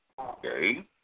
Okay